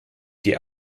die